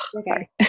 Sorry